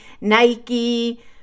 Nike